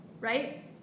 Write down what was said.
Right